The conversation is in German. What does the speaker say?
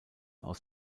aus